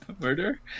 Murder